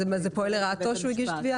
זה שהוא הגיש תביעה